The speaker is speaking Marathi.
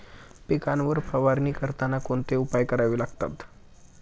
पिकांवर फवारणी करताना कोणते उपाय करावे लागतात?